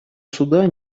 суда